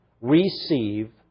receive